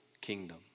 kingdom